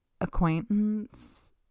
acquaintance